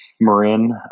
Marin